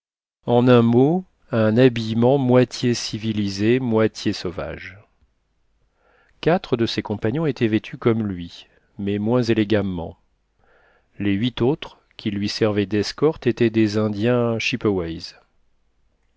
en un mot un habillement moitié civilisé moitié sauvage quatre de ses compagnons étaient vêtus comme lui mais moins élégamment les huit autres qui lui servaient d'escorte étaient des indiens